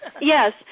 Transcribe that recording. Yes